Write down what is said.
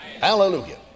Hallelujah